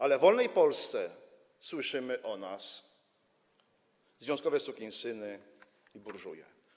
Ale w wolnej Polsce słyszymy o nas: związkowe sukinsyny i burżuje.